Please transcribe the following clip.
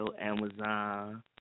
Amazon